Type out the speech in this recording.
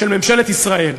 של ממשלת ישראל,